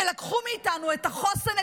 ולקחו מאיתנו את החוסן,